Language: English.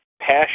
passion